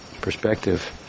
perspective